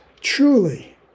truly